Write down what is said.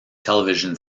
television